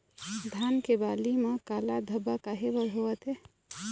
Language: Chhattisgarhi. धान के बाली म काला धब्बा काहे बर होवथे?